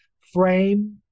frame